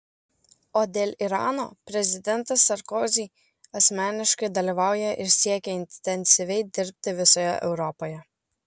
o dėl irano prezidentas sarkozy asmeniškai dalyvauja ir siekia intensyviai dirbti visoje europoje